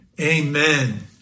amen